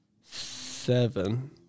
Seven